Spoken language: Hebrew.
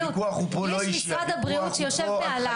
יש משרד הבריאות שיושב מעליי -- הוויכוח הוא פה לא אישי,